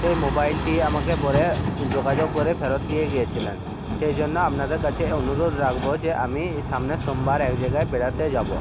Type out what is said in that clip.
সেই মোবাইলটি আমাকে পরে যোগাযোগ করে ফেরত দিয়ে গিয়েছিলেন সেই জন্য আপনাদের কাছে অনুরোধ রাখব যে আমি ই সামনের সোমবার এক জায়গায় বেড়াতে যাব